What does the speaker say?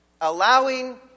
Allowing